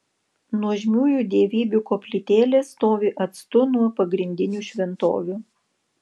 nuožmiųjų dievybių koplytėlės stovi atstu nuo pagrindinių šventovių